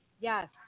Yes